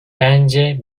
bence